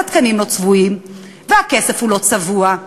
אז התקנים לא צבועים והכסף לא צבוע,